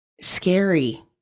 scary